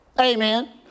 Amen